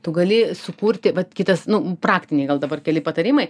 tu gali sukurti vat kitas nu praktiniai gal dabar keli patarimai